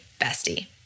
bestie